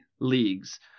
leagues